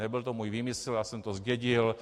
Nebyl to můj výmysl, já jsem to zdědil.